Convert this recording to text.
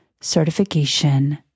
certification